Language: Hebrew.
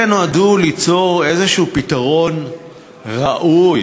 אלה נועדו ליצור איזה פתרון ראוי